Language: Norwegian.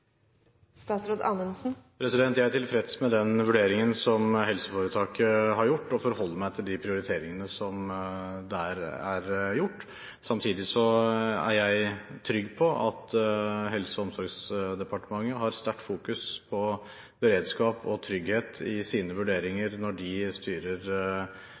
Jeg er tilfreds med den vurderingen som helseforetaket har gjort, og forholder meg til de prioriteringene som der er gjort. Samtidig er jeg trygg på at Helse- og omsorgsdepartementet har sterkt fokus på beredskap og trygghet i sine vurderinger når de styrer